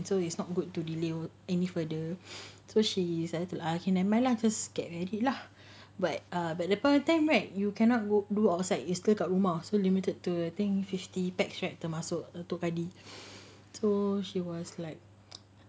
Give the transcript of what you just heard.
so it's not good to delay any further so she is like never mind lah just get ready lah but err but the downside right you cannot go do outside is still kat rumah so limited to I think fifty person right termasuk her family so she was like